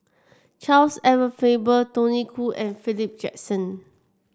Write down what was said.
Charles Edward Faber Tony Khoo and Philip Jackson